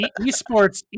esports